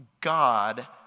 God